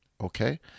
Okay